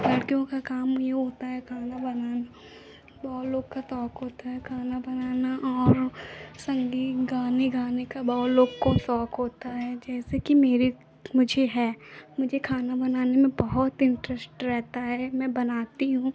लड़कियों का काम यह होता है खाना बनाना बहुत लोग का शौक होता है खाना बनाना और संगीत गाने गाने का बहुत लोग को शौक होता है जैसे कि मेरे मुझे है मुझे खाना बनाने में बहुत इंट्रश्ट रहता है मैं बनाती हूँ